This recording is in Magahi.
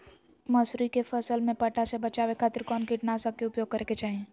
मसूरी के फसल में पट्टा से बचावे खातिर कौन कीटनाशक के उपयोग करे के चाही?